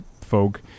folk